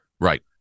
Right